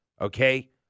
Okay